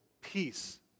peace